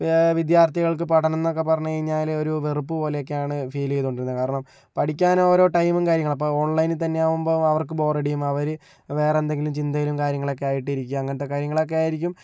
വിദ്യാർത്ഥികൾക്ക് പഠനമെന്നൊക്കെ പറഞ്ഞുകഴിഞ്ഞാല് ഒരു വെറുപ്പ് പോലെയൊക്കെയാണ് ഫീലെയ്തൊണ്ടിരുന്നത് കാരണം പഠിക്കാൻ ഓരോ ടൈമും കാര്യങ്ങളൊക്കെ അപ്പോൾ ഓൺലൈനിൽ തന്നെ ആകുമ്പോൾ അവർക്ക് ബോറടിക്കും അവര് വേറെ എന്തെങ്കിലും ചിന്തയിലും കാര്യങ്ങളൊക്കെ ആയിട്ട് ഇരിക്കുക അങ്ങനത്തെ കാര്യങ്ങളൊക്കെ ആയിരിക്കും